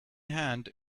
hand